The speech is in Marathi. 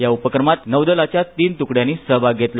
या उपक्रमात नौदलाच्या तीन तुकड्यांनी सहभाग घेतला